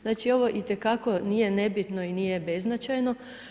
Znači ovo itekako nije nebitno i nije beznačajno.